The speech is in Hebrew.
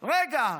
רגע,